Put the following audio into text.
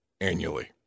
annually